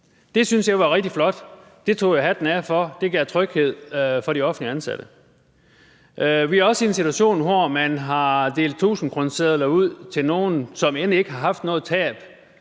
Det syntes jeg var rigtig flot, og det tog jeg hatten af for, for det gav tryghed for de offentligt ansatte. Vi er også i en situation, hvor man har delt tusindkronesedler ud til nogle, som end ikke har haft noget tab,